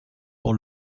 pour